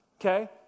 Okay